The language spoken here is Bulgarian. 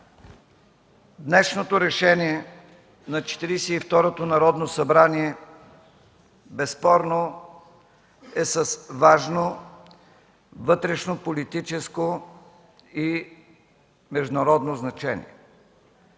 Днешното решение на Четиридесет и второто Народно събрание безспорно е с важно вътрешнополитическо и международно значение.